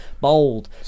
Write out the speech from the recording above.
bold